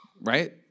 right